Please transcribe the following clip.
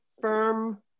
firm